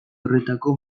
horretako